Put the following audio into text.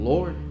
Lord